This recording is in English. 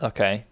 Okay